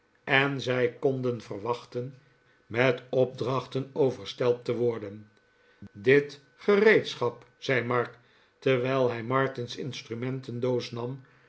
en zij konden verwachten met opdrachten overstelpt te worden dit gereedschap zei mark terwijl hij martin's instrumentdoos nam